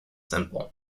simple